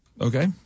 Okay